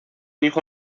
hijo